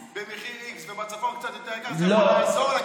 במחיר x ובצפון קצת יותר יקר זה יכול לעזור לה,